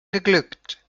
geglückt